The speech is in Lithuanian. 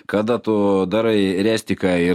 kada tu darai restiką ir